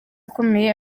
akomeye